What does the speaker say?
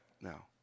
now